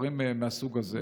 דברים מהסוג הזה.